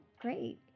great